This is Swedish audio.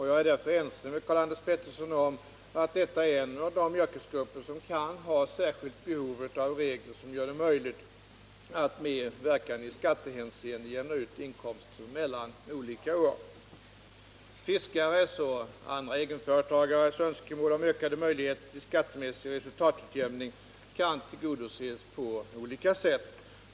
Jag är därför ense med Karl-Anders Petersson om att detta är en av de yrkesgrupper som kan ha särskilt behov av regler som gör det möjligt att med verkan i skattehänseende jämna ut inkomster mellan olika år. Fiskares och andra egenföretagares önskemål om ökade möjligheter till skattemässig resultatutjämning kan tillgodoses på olika sätt.